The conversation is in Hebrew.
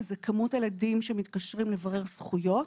זה כמות הילדים שמתקשרים לברר זכויות,